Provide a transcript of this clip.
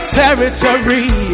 territory